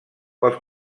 pels